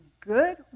good